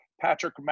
Patrick